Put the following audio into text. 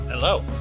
Hello